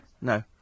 No